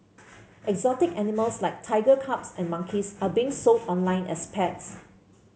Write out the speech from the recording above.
exotic animals like tiger cubs and monkeys are being sold online as pets